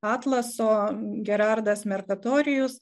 atlaso gerardas merkatorijus